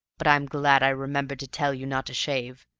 but i'm glad i remembered to tell you not to shave.